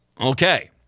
okay